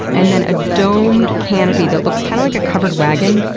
and then a domed canopy that looks kinda like a covered wagon,